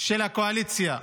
של הקואליציה.